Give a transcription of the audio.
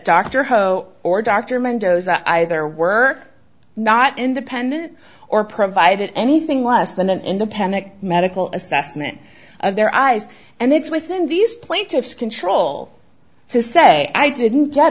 dr ho or dr mendoza either were not independent or provided anything less than an independent medical assessment of their eyes and it's within these plaintiffs control to say i didn't get